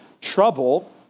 trouble